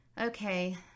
Okay